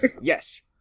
Yes